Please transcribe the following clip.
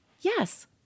Yes